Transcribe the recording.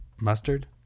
Mustard